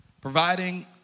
Providing